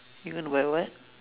you want to buy what